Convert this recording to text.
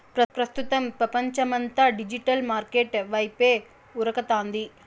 ప్రస్తుతం పపంచమంతా digital market వైపే ఉరకతాంది